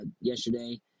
yesterday